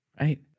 Right